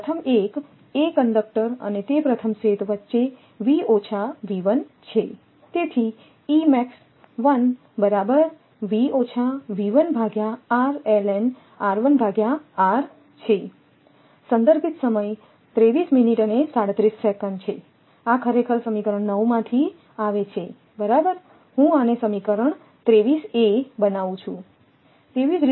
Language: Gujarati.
તેથી પ્રથમ એક એ કંડક્ટર અને તે પ્રથમ સેથ વચ્ચે છે તેથી આ ખરેખર સમીકરણ 9 માંથી આવે છે બરાબર હું આને સમીકરણ 23 a બનાવું છું